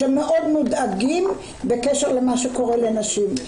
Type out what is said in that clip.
שמאוד מודאגים בקשר למה שקורה לנשים.